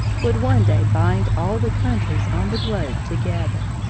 would one day bind all the countries on the globe together!